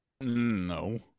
No